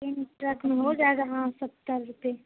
تین ٹرک میں ہو جائے گا ہاں ستر روپے